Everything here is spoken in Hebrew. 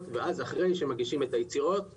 ואז אחרי שמגישים את היצירות לשידור,